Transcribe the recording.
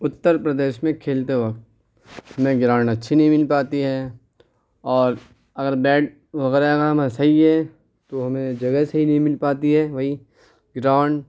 اتر پردیش میں كھیلتے وقت نہ گراؤںڈ اچھی نہیں مل پاتی ہے اور اگر بیٹ وغیرہ صحیح ہے تو ہمیں جگہ صحیح نہیں مل پاتی ہے وہی گراؤںڈ